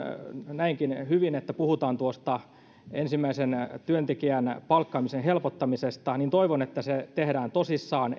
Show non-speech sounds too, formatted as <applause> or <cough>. näinkin hyvin että puhutaan tuosta ensimmäisen työntekijän palkkaamisen helpottamisesta niin toivon että se tehdään tosissaan <unintelligible>